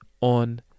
on